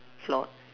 flawed